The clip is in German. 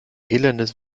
elendes